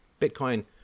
Bitcoin